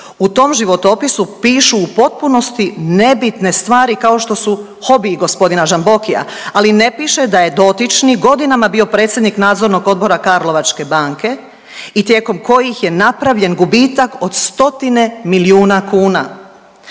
u tom životopisu pišu u potpunosti nebitne stvari kao što su hobi g. Žambokija, ali ne piše da je dotični godinama bio predsjednik nadzornog odbora Karlovačke banke i tijekom kojih je napravljen gubitak od 100-tine milijuna kuna.